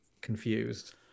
confused